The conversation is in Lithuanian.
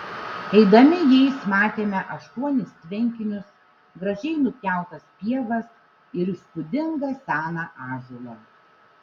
eidami jais matėme aštuonis tvenkinius gražiai nupjautas pievas ir įspūdingą seną ąžuolą